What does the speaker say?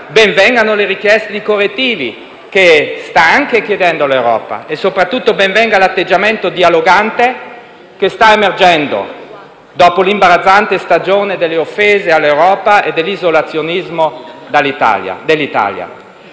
allora, le richieste di correttivi che sta chiedendo anche l'Europa. Soprattutto, ben venga l'atteggiamento dialogante che sta emergendo, dopo l'imbarazzante stagione delle offese all'Europa e dell'isolazionismo dell'Italia.